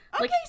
okay